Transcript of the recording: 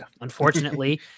unfortunately